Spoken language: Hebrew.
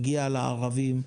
מגיע לערבים,